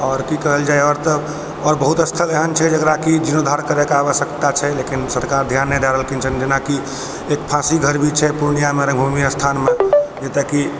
आओर की कहल जाइ आओर तऽ आओर बहुत स्थल एहन छै जेकरा कि जीर्णोद्धार कराबय के आवश्यकता छै लेकिन सरकार ध्यान नहि दए रहलखिन जेनाकि एक फाँसी घर भी छै पूर्णिया मे स्थान मे जतऽ कि